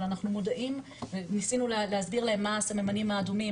אבל אנחנו מודעים וניסינו להסביר להן מה הסממנים האדומים,